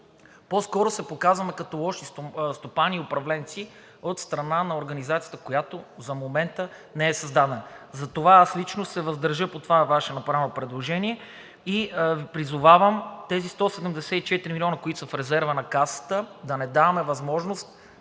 По-скоро се показваме като лоши стопани и управленци от страна на организацията, която за момента не е създадена. Затова аз лично ще се въздържа по това Ваше направено предложение и призовавам тези 174 милиона, които са в резерва на Касата, да не даваме възможност